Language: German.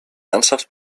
ernsthaft